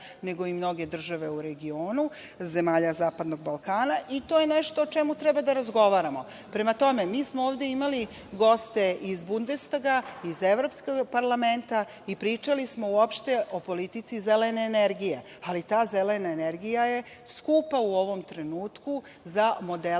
nego i mnoge države u regionu zemalja zapadnog Balkana. To je nešto o čemu treba da razgovaramo. Prema tome mi smo ovde imali goste iz Bundestaga iz evropskog parlamenta i pričali smo uopšte o politici zelene energije. Ali ta zelena energija je skupa u ovom trenutku za modele